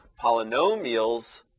polynomials